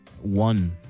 one